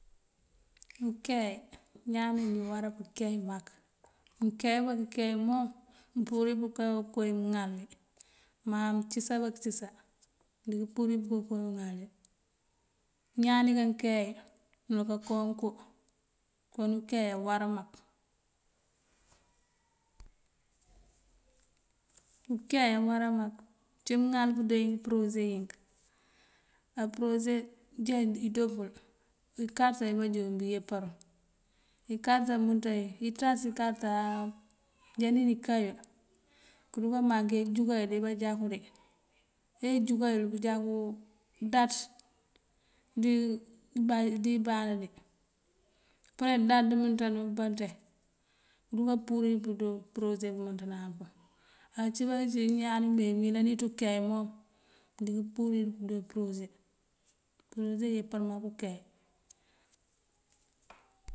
Unkeey, ñaan najín awará pëkeey mak. Mënkeey bá këkeey mom mëmpurir pëká koowí mëŋal wí. Má mëncësa bá këcësa mëndiŋ purir koowí mëŋal wí. Ñaan ní kankeeyi nul kakoon koo, kon pëkeey awará mak. Pëkeey awará mak cí mëŋal pëdoo përoose yink, á përoose já idoo pul ikarta yí bajoon bëyeparu. Ikarta yumënţa yuŋ iţas ikarta áa jáni iká yul këduka maŋ kayee jukan yul dí bajáku dí, eyëjukan yul bëjáku daţ dí ibáana dí. Apëre daţ dumënţa duŋ bá nënţe këduka purir pëdoo përoose pëmënţanana puŋ. Ací bá këcí ñaan ní mee yí mëyëlanëţ ukeey mon mëndiŋ purir pëdoo përoose. Përose yepar mak ukeey.